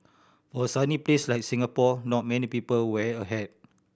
for a sunny place like Singapore not many people wear a hat